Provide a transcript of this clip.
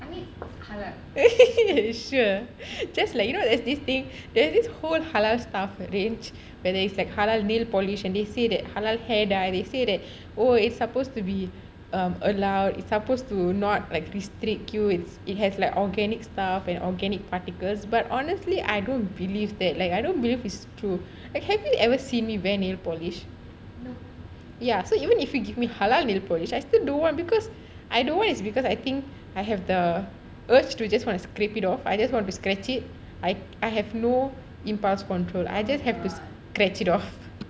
you sure just like that you know there's this thing there's this whole halal stuff range where there's it's like halal nail polish and they say that halal hair dye they say that oh its supposed to be um allowed it supposed to not like restrict you it has like organic stuff and organic particles but honestly I don't believe that like I don't believe that it's true have you ever seen me wear nail polish yaso even if you give me halal nail polish I still don't want because I don't want is because I have the urge to just want to scrape it off I just want to scratch it I have no impulse control I just have to scratch it off